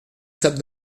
sables